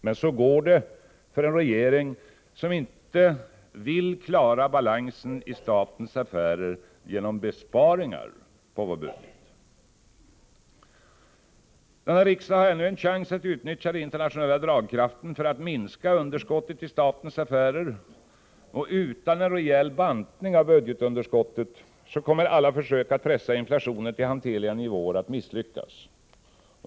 Men så går det för en regering som inte vill klara balansen i statens affärer genom besparingar på budgeten. Denna riksdag har ännu chans att nyttja den internationella dragkraften för att minska underskottet i statens affärer. Utan en rejäl bantning av budgetunderskottet kommer alla försök att pressa inflationen till hanterliga nivåer att misslyckas.